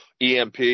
EMP